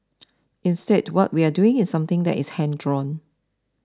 instead what we are doing is something that is hand drawn